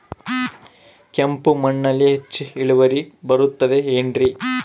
ಕೆಂಪು ಮಣ್ಣಲ್ಲಿ ಹೆಚ್ಚು ಇಳುವರಿ ಬರುತ್ತದೆ ಏನ್ರಿ?